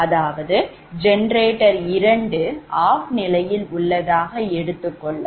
அதாவது generator 2 OFF நிலையில் உள்ளதாக எடுத்துக்கொள்ளவும்